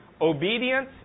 obedience